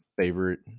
favorite